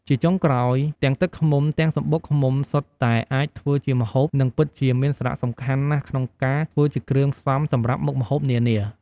ជាចុងក្រោយ ទាំងទឹកឃ្មុំ ទាំងសំបុកឃ្មុំសុទ្ធតែអាចធ្វើជាម្ហូបនិងពិតជាមានសារៈសំខាន់ណាស់ក្នុងការធ្វើជាគ្រឿងផ្សំសម្រាប់មុខម្ហូបនានា។